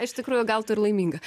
iš tikrųjų gal tu ir laiminga